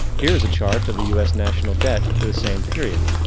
here is a chart to the us national debt for the same period.